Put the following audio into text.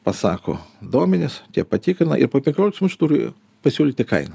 pasako duomenis tie patikrina ir po penkiolikos minučių turi pasiūlyti kainą